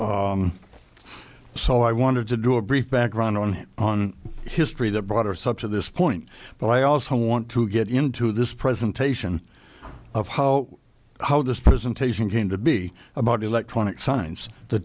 so i wanted to do a brief background on on history that brought us up to this point but i also want to get into this presentation of how how this presentation came to be about electronic signs the